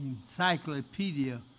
Encyclopedia